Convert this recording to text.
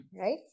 right